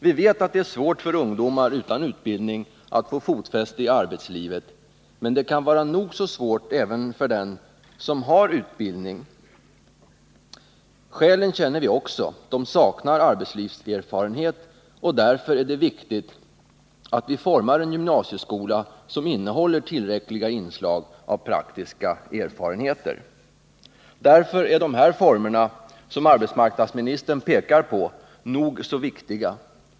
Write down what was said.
Vi vet att det är svårt för ungdomar utan utbildning att få fotfäste i arbetslivet, men det kan vara nog så svårt även för dem som har utbildning. Skälen känner vi också till: de saknar arbetslivserfarenhet. Därför är det viktigt att vi formar en gymnasieskola som innehåller tillräckliga inslag av praktiska erfarenheter. Därför är de former för detta som arbetsmarknadsministern pekar på nog så viktiga.